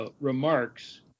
remarks